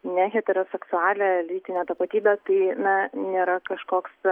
neheteroseksualią lytinę tapatybę tai na nėra kažkoks